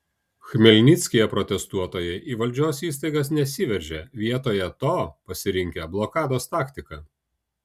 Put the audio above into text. chmelnickyje protestuotojai į valdžios įstaigas nesiveržė vietoje to pasirinkę blokados taktiką